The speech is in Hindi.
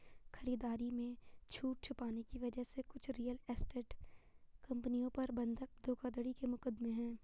खरीदारी में छूट छुपाने की वजह से कुछ रियल एस्टेट कंपनियों पर बंधक धोखाधड़ी के मुकदमे हैं